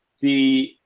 the,